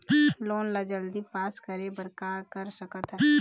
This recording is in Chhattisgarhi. लोन ला जल्दी पास करे बर का कर सकथन?